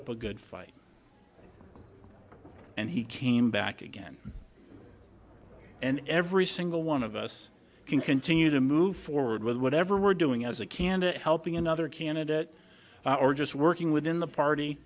up a good fight and he came back again and every single one of us can continue to move forward with whatever we're doing as a candidate helping another candidate or just working within the party